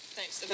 Thanks